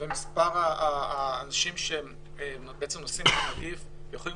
ומספר האנשים שנושאים הנגיף ויכולים